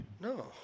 No